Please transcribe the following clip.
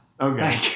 Okay